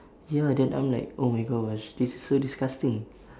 ya then I'm like oh my gosh this is so disgusting